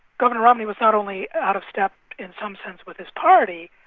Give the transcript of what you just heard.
governor romney was not only out of step in some sense with his party,